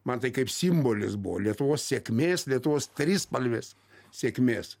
man tai kaip simbolis buvo lietuvos sėkmės lietuvos trispalvės sėkmės